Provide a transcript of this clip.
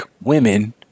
women